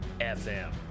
FM